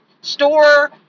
store